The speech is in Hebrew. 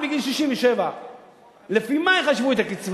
אני בגיל 67. לפי מה יחשבו את הקצבה,